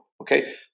okay